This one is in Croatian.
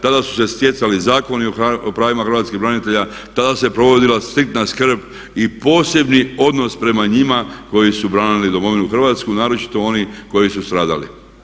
Tada su se stjecali zakoni o pravima hrvatskih branitelja, tada se provodila striktna skrb i posebni odnos prema njima koji su branili domovinu Hrvatsku, naročito oni koji su stradali.